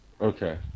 Okay